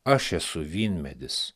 aš esu vynmedis